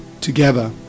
together